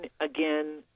again